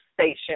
station